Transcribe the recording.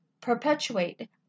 perpetuate